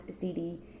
CD